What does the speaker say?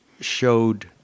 showed